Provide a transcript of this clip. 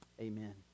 amen